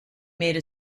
made